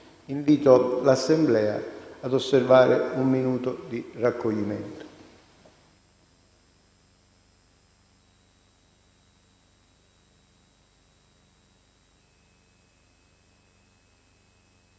invito l'Assemblea ad osservare un minuto di raccoglimento.